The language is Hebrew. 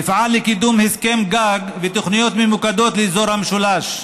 אפעל לקידום הסכם גג ותוכניות ממוקדות לאזור המשולש,